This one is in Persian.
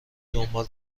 دنبال